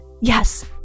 yes